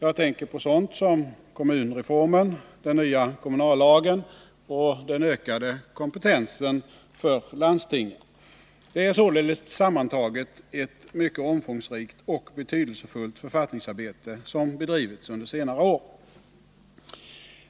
Jag tänker på sådant som kommunreformen, den nya kommunallagen och den ökade kompetensen för landstingen. Det är således tillsammantaget ett mycket omfångsrikt och betydelsefullt författningsarbete som bedrivits under senare år.